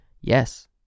Yes